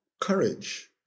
courage